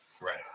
Right